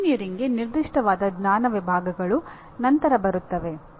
ಎಂಜಿನಿಯರಿಂಗ್ಗೆ ನಿರ್ದಿಷ್ಟವಾದ ಜ್ಞಾನ ವಿಭಾಗಗಳು ನಂತರ ಬರುತ್ತವೆ